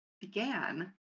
began